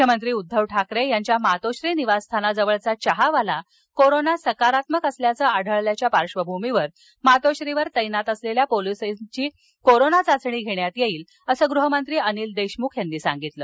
मुख्यमंत्री उद्दव ठाकरे यांच्या मातोश्री निवासस्थानाजवळचा चहावाला कोरोना सकारात्मक असल्याचं आढळल्याच्या पार्श्वभूमीवर मातोश्रीवर तैनात असलेल्या पोलिसांची कोरोना चाचणी घेण्यात येईल असं गृहमंत्री अनिल देशमुख यांनी सांगितलं